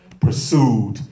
pursued